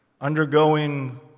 undergoing